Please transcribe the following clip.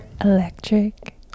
electric